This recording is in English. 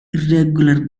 irregular